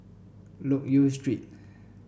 Loke Yew Street